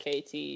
KT